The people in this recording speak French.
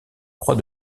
croix